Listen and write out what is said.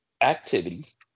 activities